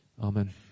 Amen